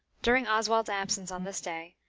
during oswald's absence on this day,